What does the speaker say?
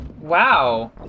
wow